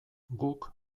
guk